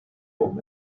old